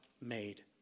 made